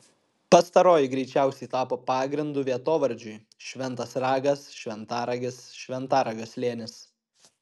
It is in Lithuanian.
pastaroji greičiausiai tapo pagrindu vietovardžiui šventas ragas šventaragis šventaragio slėnis